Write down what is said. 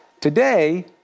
Today